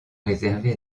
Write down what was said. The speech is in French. réservé